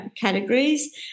categories